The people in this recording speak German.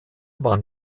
waren